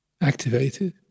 activated